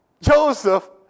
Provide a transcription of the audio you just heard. Joseph